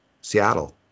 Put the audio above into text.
Seattle